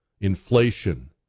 Inflation